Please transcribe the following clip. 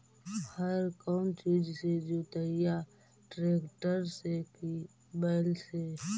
हर कौन चीज से जोतइयै टरेकटर से कि बैल से?